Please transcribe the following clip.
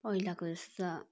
पहिलाको जस्तो